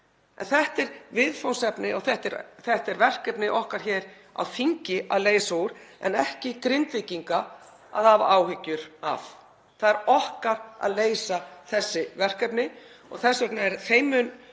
þetta er viðfangsefni og þetta er verkefni okkar hér á þingi að leysa úr en ekki Grindvíkinga að hafa áhyggjur af. Það er okkar að leysa þessi verkefni og þess vegna er þeim mun